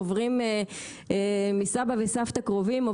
עוברים מסבא וסבתא קרובים,